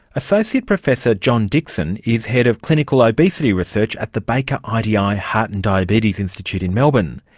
associate professor john dixon is head of clinical obesity research at the baker ah idi ah heart and diabetes institute in melbourne.